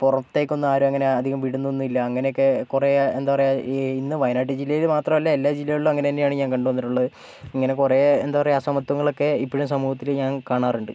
പുറത്തേക്കൊന്നും ആരും അങ്ങനെ അധികം വിടുന്നൊന്നും ഇല്ല അങ്ങനെയൊക്കെ കുറെ എന്താ പറയാ ഈ ഇന്ന് വയനാട്ട് ജില്ലയിൽ മാത്രമല്ല എല്ലാ ജില്ലകളിലും അങ്ങനെത്തന്നെയാണ് ഞാൻ കണ്ടുവന്നിട്ടുള്ളത് ഇങ്ങനെ കുറെ എന്താ പറയാ അസമത്വങ്ങളൊക്കെ ഇപ്പോഴും സമൂഹത്തിൽ ഞാൻ കാണാറുണ്ട്